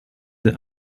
the